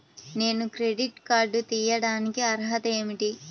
నేను credit card తీయడానికి అర్హత ఏమిటి?